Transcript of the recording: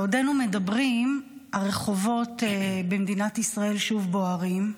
בעודנו מדברים הרחובות במדינת ישראל שוב בוערים.